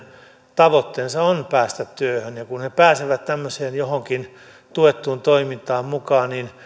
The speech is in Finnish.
tavoitteensa on päästä työhön ja kun he pääsevät johonkin tämmöiseen tuettuun toimintaan mukaan niin